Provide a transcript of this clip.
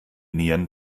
nieren